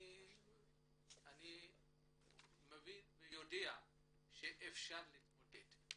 אני מבין ויודע שאפשר להתמודד.